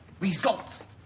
results